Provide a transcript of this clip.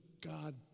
God